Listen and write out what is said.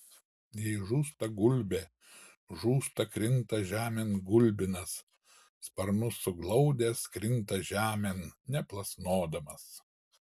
jei žūsta gulbė žūsta krinta žemėn gulbinas sparnus suglaudęs krinta žemėn neplasnodamas